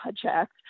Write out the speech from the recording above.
project